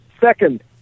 Second